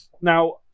now